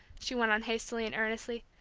she went on hastily and earnestly,